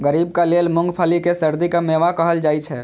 गरीबक लेल मूंगफली कें सर्दीक मेवा कहल जाइ छै